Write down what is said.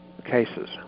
cases